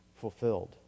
fulfilled